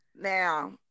Now